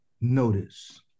Notice